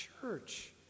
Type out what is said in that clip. church